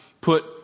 put